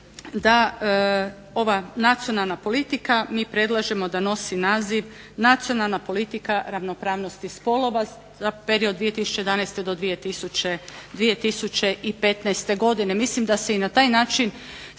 da ova nacionalna politika, mi predlažemo da nosi naziv Nacionalna politika ravnopravnosti spolova za period 2011.do 2015.godine. Mislim da se i na taj način svi